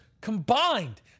combined